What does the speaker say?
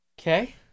Okay